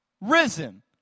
risen